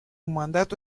mandato